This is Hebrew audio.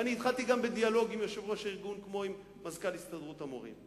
ואני התחלתי בדיאלוג עם יושב-ראש הארגון ועם מזכ"ל הסתדרות המורים,